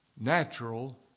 Natural